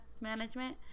management